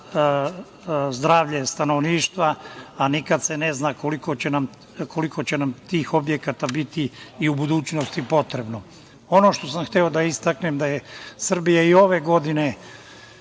zdravlje stanovništva, a nikad se ne zna koliko će nam tih objekata biti i u budućnosti potrebno. Ono što sam hteo da istaknem da je Srbija i ove godine